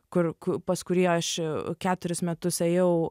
kur pas kurį aš keturis metus ėjau